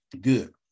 Good